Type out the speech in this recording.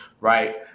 right